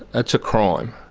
that's a crime.